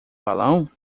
balão